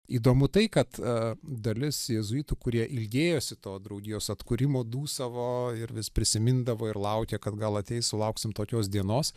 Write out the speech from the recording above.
įdomu tai kad dalis jėzuitų kurie ilgėjosi to draugijos atkūrimo dūsavo ir vis prisimindavo ir laukė kad gal ateis sulauksim tokios dienos